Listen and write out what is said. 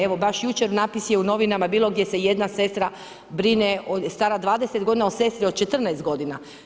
Evo baš jučer natpis je u novinama bio gdje se jedna sestra brine stara 20 godina o sestri od 14 godina.